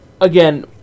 again